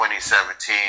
2017